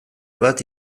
bat